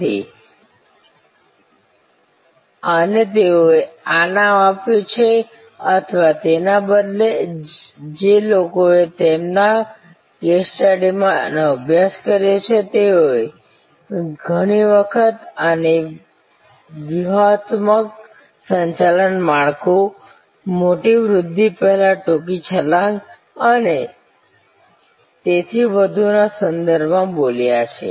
તેથી આને તેઓએ આ નામ આપ્યું છે અથવા તેના બદલે જે લોકોએ તેમના કેસ સ્ટડીમાં આનો અભ્યાસ કર્યો છે તેઓએ ઘણી વખત આને વ્યૂહાત્મકસંચાલન માળખું મોટી વૃદ્ધિ પહેલ ટૂંકી છલાંગ અને તેથી વધુના સંદર્ભમાં બોલાવ્યા છે